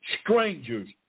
strangers